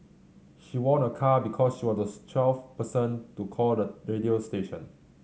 she won a car because she was the twelfth person to call the radio station